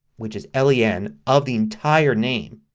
which is len, of the entire name